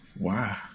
Wow